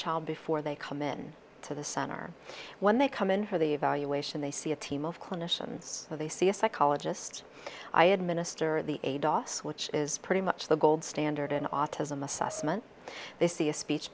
child before they come in to the center when they come in for the evaluation they see a team of clinicians they see a psychologist i administer the dos which is pretty much the gold standard in autism assessment they see a speech